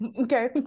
Okay